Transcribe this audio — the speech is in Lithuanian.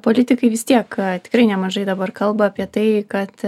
politikai vis tiek tikrai nemažai dabar kalba apie tai kad